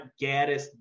Gaddis